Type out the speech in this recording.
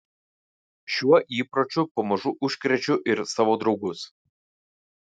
šiuo įpročiu pamažu užkrečiu ir savo draugus